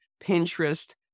Pinterest